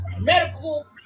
medical